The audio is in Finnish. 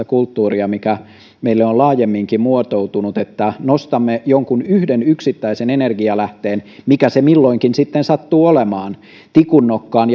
kulttuuria mikä meille on laajemminkin muotoutunut että nostamme jonkun yhden yksittäisen energialähteen mikä se milloinkin sitten sattuu olemaan tikun nokkaan